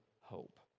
hope